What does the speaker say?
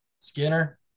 Skinner